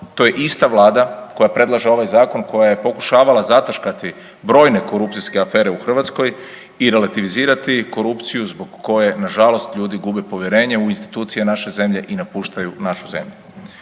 to je ista Vlada koja predlaže ovaj zakon koja je pokušavala zataškati brojne korupcijske afere u Hrvatskoj i relativizirati korupciju zbog koje na žalost ljudi gube povjerenje u institucije naše zemlje i napuštaju našu zemlju.